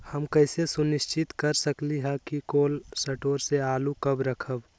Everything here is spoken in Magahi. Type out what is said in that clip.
हम कैसे सुनिश्चित कर सकली ह कि कोल शटोर से आलू कब रखब?